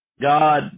God